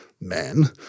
men